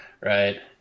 right